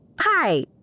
Hi